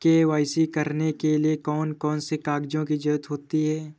KYC करने के लिए कौन कौन से कागजों की जरूरत होती है?